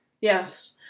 Yes